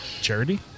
charity